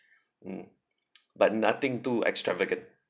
hmm but nothing too extravagant